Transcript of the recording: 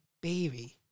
baby